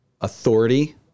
Authority